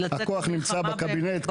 הכוח נמצא בקבינט,